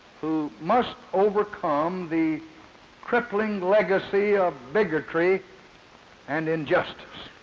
who must overcome the crippling legacy of bigotry and injustice.